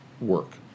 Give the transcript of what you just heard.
work